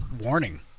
warning